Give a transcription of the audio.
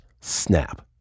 snap